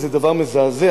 וזה דבר מזעזע,